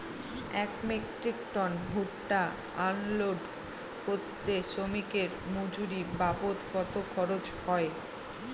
এক metric ton ভুট্টা unload করতে শ্রমিকের মজুরি বাবদ কত খরচ হয়?